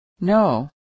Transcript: No